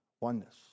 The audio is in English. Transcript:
oneness